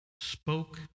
spoke